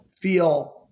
feel